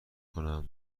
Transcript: کنم